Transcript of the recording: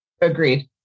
Agreed